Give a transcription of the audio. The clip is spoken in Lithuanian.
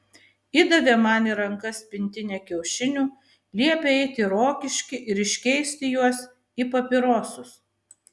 įdavė man į rankas pintinę kiaušinių liepė eiti į rokiškį ir iškeisti juos į papirosus